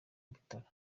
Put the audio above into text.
bitaro